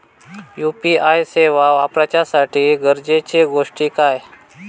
UPI सेवा वापराच्यासाठी गरजेचे गोष्टी काय?